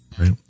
Right